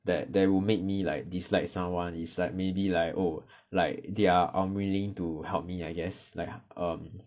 that that will make me like dislike someone is like maybe like oh like they are unwilling to help me I guess like um